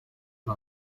nta